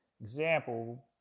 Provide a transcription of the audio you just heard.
example